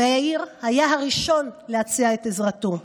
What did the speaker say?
ויאיר היה הראשון להציע את עזרתו.